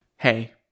Hey